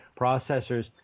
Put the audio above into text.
Processors